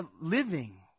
living